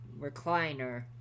recliner